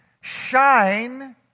shine